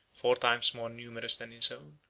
four times more numerous than his own.